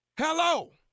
Hello